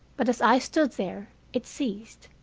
but as i stood there it ceased.